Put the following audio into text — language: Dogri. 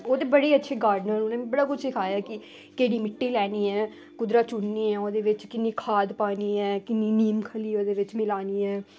ओह् बड़े अच्छे गार्डनर उ'नें बड़ा कुछ सखाया कि केह्ड़ी मिट्टी लैनी ऐ कुद्धरा चुननी ऐ ओह्दे बिच्च किन्नी खाद पानी ऐ किन्नी नीम खली ओह्दे बिच्च मलानी ऐ